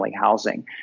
housing